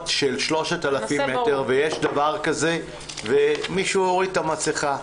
של 3,000 מטר ומישהו הוריד את המסכה,